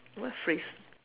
what phrase